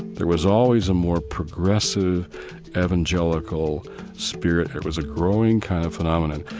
there was always a more progressive evangelical spirit. it was a growing kind of phenomenon.